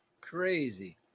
Crazy